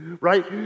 Right